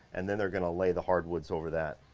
and then they're gonna lay the hardwoods over that.